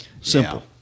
simple